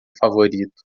favorito